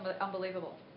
unbelievable